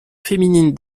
féminine